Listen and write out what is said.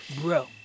Bro